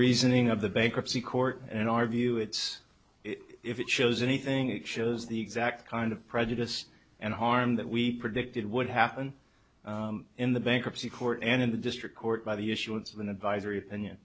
reasoning of the bankruptcy court and our view it's if it shows anything it shows the exact kind of prejudice and harm that we predicted would happen in the bankruptcy court and in the district court by the issuance of an advisory opinion